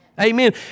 Amen